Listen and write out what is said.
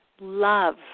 love